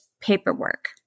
paperwork